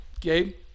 Gabe